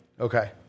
Okay